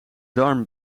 darm